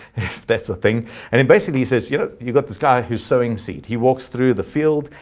if that's the thing, and it basically says, you know, you've got this guy who's sowing seed, he walks through the field,